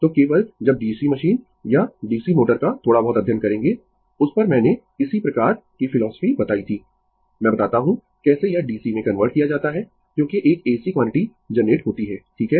तो केवल जब DC मशीन या DC मोटर का थोड़ा बहुत अध्ययन करेंगें उस पर मैंने इसी प्रकार की फिलोसफी बतायी थी मैं बताता हूं कैसे यह DC में कन्वर्ट किया जाता है क्योंकि एक AC क्वांटिटी जनरेट होती है ठीक है